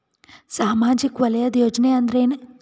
ಸಾಮಾಜಿಕ ವಲಯದ ಯೋಜನೆ ಅಂದ್ರ ಏನ?